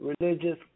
Religious